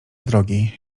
drogi